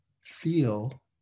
feel